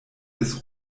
des